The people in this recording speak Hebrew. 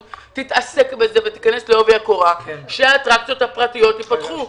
תעסוק בזה ותיכנס לעובי הקורה שהאטרקציות הפרטיות ייפתחו.